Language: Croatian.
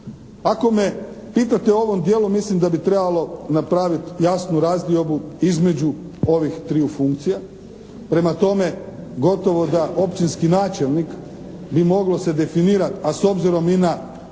Ako me pitate o ovom dijelu mislim da bi trebalo napraviti jasnu razdiobu između ovih triju funkcija. Prema tome gotovo da općinski načelnik bi moglo se definirati, a s obzirom i na